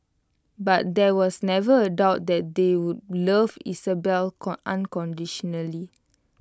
but there was never A doubt that they would love Isabelle unconditionally